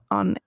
on